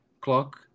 clock